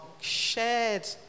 shared